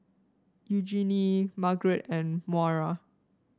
Eugenie Margaret and Maura